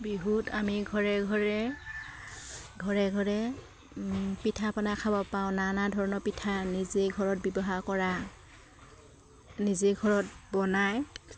বিহুত আমি ঘৰে ঘৰে ঘৰে ঘৰে পিঠা পনা খাব পাওঁ নানা ধৰণৰ পিঠা নিজে ঘৰত ব্যৱহাৰ কৰা নিজে ঘৰত বনাই